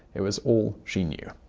it was all she knew.